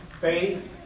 Faith